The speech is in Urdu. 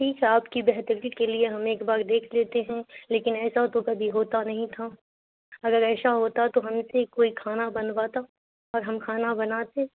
ٹھیک ہے آپ کی بہتری کے لیے ہم ایک بار دیکھ لیتے ہیں لیکن ایسا تو کبھی ہوتا نہیں تھا اگر ایسا ہوتا تو ہم سے کوئی کھانا بنواتا اور ہم کھانا بناتے